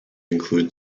include